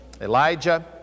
Elijah